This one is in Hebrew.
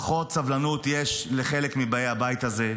פחות סבלנות יש לחלק מבאי הבית הזה,